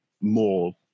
more